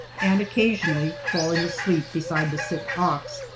and occasionally falling asleep beside the sick ox.